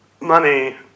money